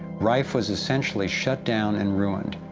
rife was essentially shut down and ruined,